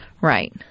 Right